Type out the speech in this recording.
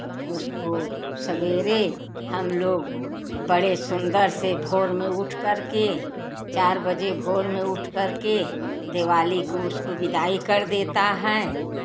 उसको सवेरे हम लोग बड़े सुंदर से भोर में उठकर के चार बजे भोर में उठकर के दिवाली को उसकी विदाई कर देते हैं